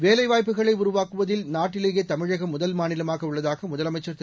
வேலைவாய்ப்புகளை உருவாக்குவதில் நாட்டிலேயே தமிழகம் முதல் மாநிலமாக உள்ளதாக முதலமைச்சர் திரு